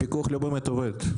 הפיקוח לא באמת עובד,